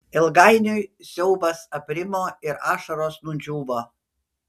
ilgainiui siaubas aprimo ir ašaros nudžiūvo